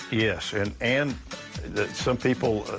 yes and and some people,